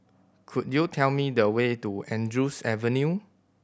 could you tell me the way to Andrews Avenue